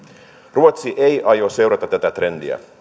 ruotsi ei aio seurata tätä trendiä